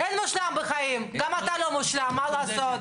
בזה זה יישאר, תודה רבה.